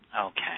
okay